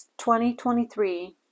2023